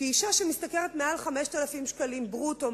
כי אשה שמשתכרת מעל 5,000 ברוטו,